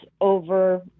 over